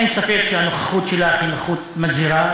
אין ספק שהנוכחות שלך היא נוכחות מזהירה,